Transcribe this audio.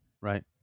Right